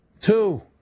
Two